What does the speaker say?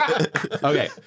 Okay